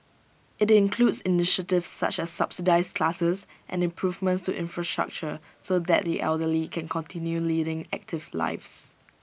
IT includes initiatives such as subsidised classes and improvements to infrastructure so that the elderly can continue leading active lives